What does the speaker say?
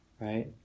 right